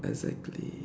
exactly